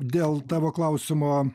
dėl tavo klausimo